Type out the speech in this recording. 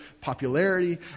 popularity